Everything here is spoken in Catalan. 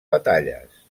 batalles